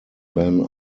ben